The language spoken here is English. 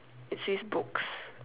it says books